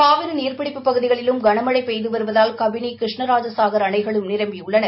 காவிரி நீர்பிடிப்புப் பகுதிகளிலும் கன மழை பெய்து வருவதால் கபினி கிருஷ்ணராஜ்னஹர் அணைகளும் நிரம்பியுள்ளன